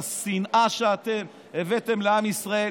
השנאה שאתם הבאתם לעם ישראל,